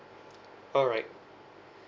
alright